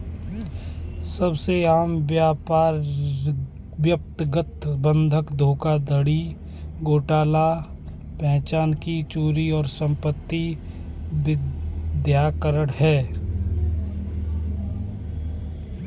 सबसे आम व्यक्तिगत बंधक धोखाधड़ी घोटाले पहचान की चोरी और संपत्ति मिथ्याकरण है